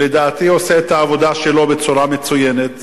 שלדעתי עושה את העבודה שלו בצורה מצוינת,